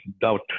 doubt